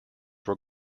were